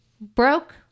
broke